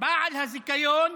בעל הזיכיון,